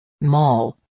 Mall